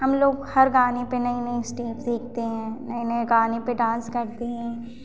हम लोग हर गाने पे नई नई स्टेप्स देखते हैं नए नए गाने पे डांस करते हैं